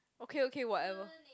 okay okay whatever